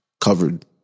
covered